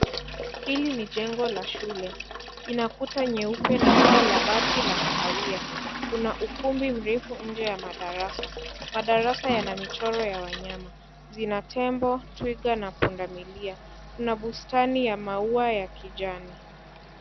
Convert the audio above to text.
Hili ni jengo la shule. Ina kuta nyeupe na paa la bati la kahawia. Kuna ukumbi mrefu nje ya madarasa. Madarasa yana michoro ya wanyama, Zina tembo, twiga na pundamilia. Kuna bustani ya maua ya kijani.